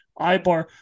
Ibar